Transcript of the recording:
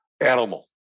animal